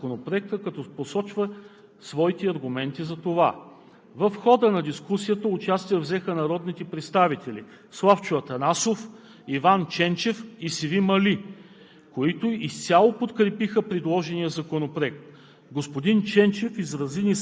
предложените изменения и допълнения, а Министерството на финансите не подкрепя Законопроекта, като посочва своите аргументи за това. В хода на дискусията участие взеха народните представители Славчо Атанасов, Иван Ченчев и Севим Али,